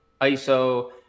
ISO